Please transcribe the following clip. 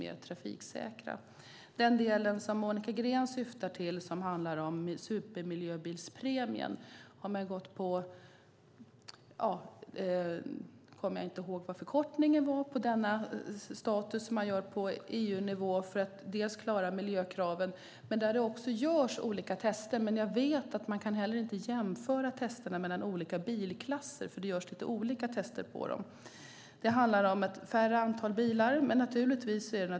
När det gäller den del som Monica Green syftar på och som handlar om supermiljöbilspremien har man gått på den status som man gör på EU-nivå för att klara miljökraven. Just nu kommer jag inte ihåg förkortningen för den. Det görs olika tester, men jag vet att man inte kan jämföra testerna mellan olika bilklasser eftersom det görs lite olika tester på dem. Det handlar om ett färre antal bilar.